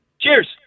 Cheers